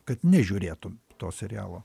kad nežiūrėtum to serialo